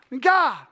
God